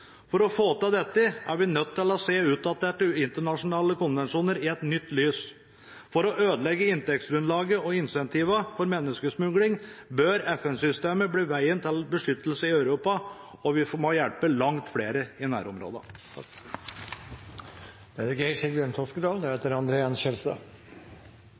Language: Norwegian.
For å få til dette er vi nødt til å se utdaterte internasjonale konvensjoner i et nytt lys. For å ødelegge inntektsgrunnlaget og incentivene for menneskesmugling bør FN-systemet bli veien til beskyttelse i Europa, og vi må hjelpe langt flere i